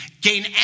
gain